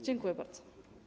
Dziękuję bardzo.